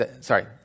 Sorry